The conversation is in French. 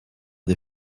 des